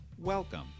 Welcome